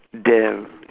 damn